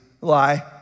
Lie